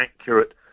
accurate